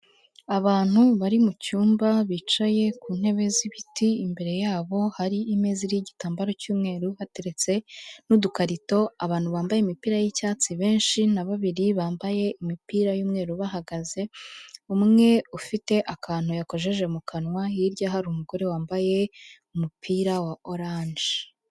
Abantu bari mu cyumba bicaye ku ntebe z'ibiti, imbere yabo hari imeza iriho igitambaro cy'umweru hateretse n'udukarito, abantu bambaye imipira y'icyatsi benshi na babiri bambaye imipira y'umweru bahagaze, umwe ufite akantu yakojeje mu kanwa, hirya hari umugore wambaye umupira wa oranje.